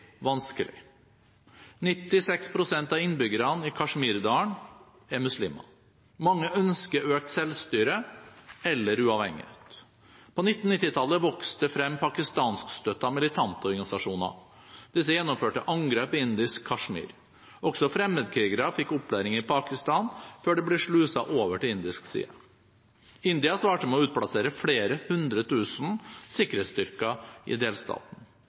vanskelig. 96 pst. av innbyggerne i Kashmirdalen er muslimer. Mange ønsker økt selvstyre eller uavhengighet. På 1990-tallet vokste det frem pakistanskstøttede militante organisasjoner. Disse gjennomførte angrep i indisk Kashmir. Også fremmedkrigere fikk opplæring i Pakistan før de ble sluset over til indisk side. India svarte med å utplassere flere hundre tusen sikkerhetsstyrker i delstaten.